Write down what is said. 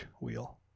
wheel